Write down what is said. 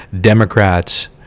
Democrats